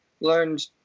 learned